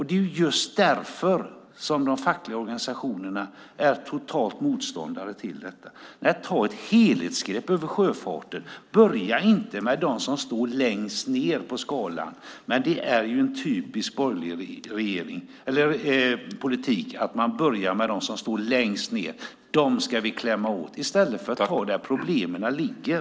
Det är just därför de fackliga organisationerna är totala motståndare till detta. Ta ett helhetsgrepp över sjöfarten! Börja inte med dem som står längst ned på skalan! Det är en typiskt borgerlig politik att börja med dem som står längst ned. Dem ska man klämma åt i stället för att ta det där problemen ligger.